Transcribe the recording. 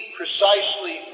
precisely